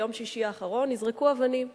ביום שישי האחרון נזרקו אבנים בצהריים,